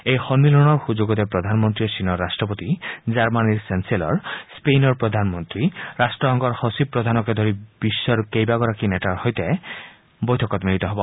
এই সন্মিলনৰ সুযোগতে প্ৰধানমন্ত্ৰীয়ে চীনৰ ৰাট্টপতি জাৰ্মনীৰ চেঞ্চেলৰ স্পেইনৰ প্ৰধানমন্ত্ৰী ৰাট্টসংঘৰ সচিব প্ৰধানকে ধৰি বিশ্বৰ কেইবাগৰাকী নেতাৰ সৈতে বৈঠকত মিলিত হ'ব